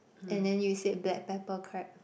and then you said black pepper crab